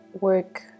work